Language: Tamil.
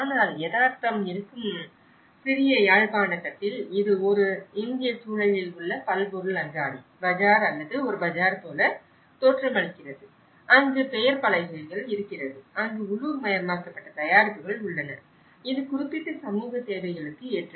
ஆனால் யதார்த்தம் இருக்கும் சிறிய யாழ்ப்பாணதட்டில் இது ஒரு இந்திய சூழலில் உள்ள பல்பொருள் அங்காடி பஜார் அல்லது ஒரு பஜார் போல தோற்றமளிக்கிறது அங்கு பெயர் பலகைகள் இருக்கிறது அங்கு உள்ளூர்மயமாக்கப்பட்ட தயாரிப்புகள் உள்ளன இது குறிப்பிட்ட சமூக தேவைகளுக்கு ஏற்றது